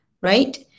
right